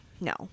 no